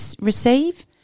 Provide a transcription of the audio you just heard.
receive